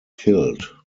killed